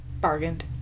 Bargained